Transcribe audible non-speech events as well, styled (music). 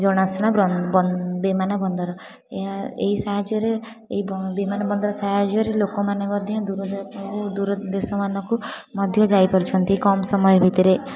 ଜଣାଶୁଣା ବିମାନ ବନ୍ଦର ଏହା ଏଇ ସାହାଯ୍ୟରେ ଏଇ ବ ବିମାନ ବନ୍ଦର ସାହାଯ୍ୟରେ ଲୋକମାନେ ମଧ୍ୟ ଦୂର (unintelligible) ଦୂରଦେଶମାନଙ୍କୁ ମଧ୍ୟ ଯାଇ ପାରୁଛନ୍ତି କମ୍ ସମୟ ଭିତେରେ